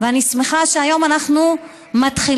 ואני שמחה שהיום אנחנו מתחילים,